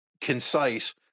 concise